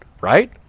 right